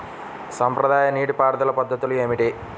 సాంప్రదాయ నీటి పారుదల పద్ధతులు ఏమిటి?